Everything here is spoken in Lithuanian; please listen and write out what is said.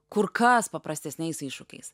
kur kas paprastesniais iššūkiais